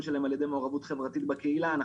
שלהם על ידי מעורבות חברתית בקהילה,